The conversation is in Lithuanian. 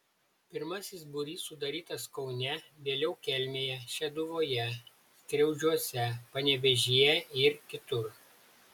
pirmasis būrys sudarytas kaune vėliau kelmėje šeduvoje skriaudžiuose panevėžyje ir kitur